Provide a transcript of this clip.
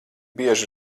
bieži